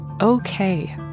okay